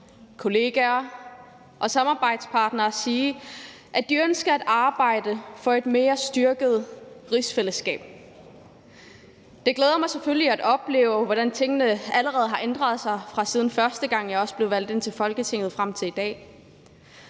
kollegaer og samarbejdspartnere sige, at de ønsker at arbejde for et mere styrket rigsfællesskab. Det glæder mig selvfølgelig at opleve, hvordan tingene allerede har ændret sig fra første gang, da jeg blev valgt ind i Folketinget, frem til i dag,